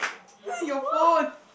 your phone